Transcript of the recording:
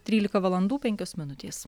trylika valandų penkios minutės